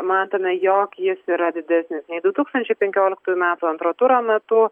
matome jog jis yra didesnis nei du tūkstančiai penkioliktųjų metų antro turo metu